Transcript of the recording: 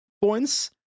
points